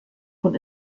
von